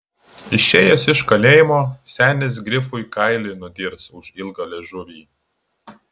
išėjęs iš kalėjimo senis grifui kailį nudirs už ilgą liežuvį